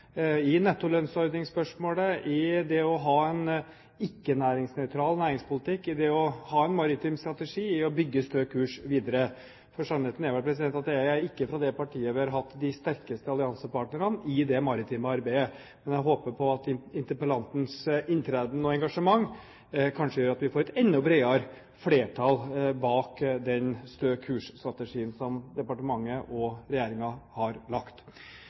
i nettolønnsordningsspørsmålet, i det å ha en ikke-næringsnøytral næringspolitikk, i det å ha en maritim strategi, i å bygge Stø kurs videre, for sannheten er vel at vi fra det partiet ikke har hatt de sterkeste alliansepartnerne i det maritime arbeidet. Men jeg håper at interpellantens inntreden og engasjement kanskje gjør at vi får et enda bredere flertall bak den Stø kurs-strategien som departementet og regjeringen har lagt.